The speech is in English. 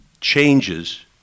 changes